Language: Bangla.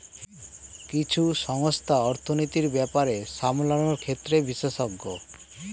কিছু সংস্থা অর্থনীতির ব্যাপার সামলানোর ক্ষেত্রে বিশেষজ্ঞ